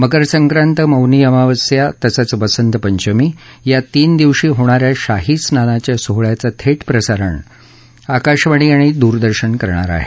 मकरसंक्रांत मौनी अमावस्या तसंच वसंत पंचमी या तीन दिवशी होणा या शाही स्नानाच्या सोहळ्याचं थेट प्रसारण आकाशवाणी आणि दूरदर्शन करणार आहेत